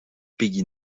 peggy